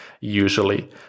usually